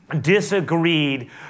disagreed